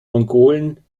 mongolen